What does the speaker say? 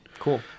Cool